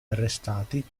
arrestati